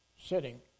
sitting